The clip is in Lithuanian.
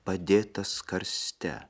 padėtas karste